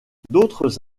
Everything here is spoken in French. d’autres